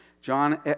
John